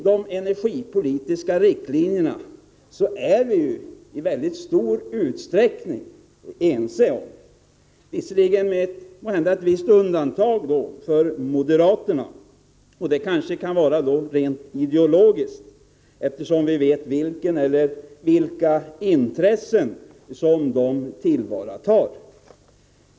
De energipolitiska riktlinjerna är vi i mycket stor utsträckning ense om — måhända med undantag för moderaterna. Det kanske har ideologiska orsaker, eftersom vi vet vilka intressen som moderaterna tillvaratar.